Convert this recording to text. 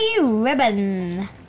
Ribbon